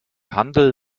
handel